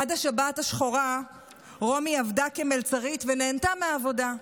עד השבת השחורה רומי עבדה כמלצרית ונהנתה מהעבודה.